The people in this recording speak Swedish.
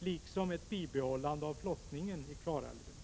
liksom ett bibehållande av flottningen i Klarälven.